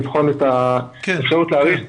לבחון את האפשרות להאריך.